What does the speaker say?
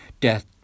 Death